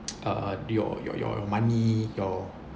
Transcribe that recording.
uh your your your your money your